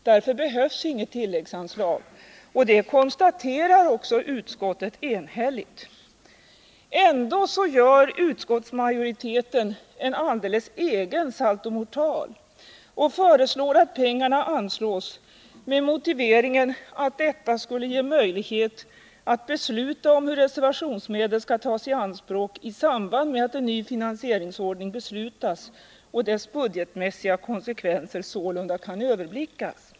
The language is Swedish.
Därför behövs inget tilläggsanslag. Detta konstaterar också utskottet enhälligt. Ändå gör utskottsmajoriteten en alldeles egen saltomortal och föreslår att pengarna anslås med motiveringen att detta skulle ge ”möjlighet att besluta om hur reservationsmedlen skall tas i anspråk i samband med att en ny finansieringsordning beslutas och dess budgetmässiga konsekvenser sålunda kan överblickas”.